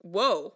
Whoa